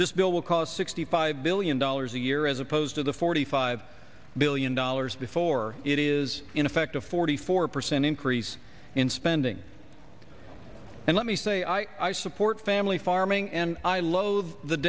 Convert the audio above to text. this bill will cost sixty five billion dollars a year as opposed to the forty five billion dollars before it is in effect a forty four percent increase in spending and let me say i i support family farming and i loathe the